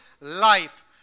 life